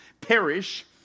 perish